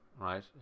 right